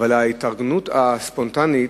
מההתארגנות הספונטנית,